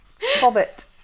Hobbit